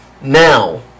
Now